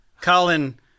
Colin